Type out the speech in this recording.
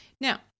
Now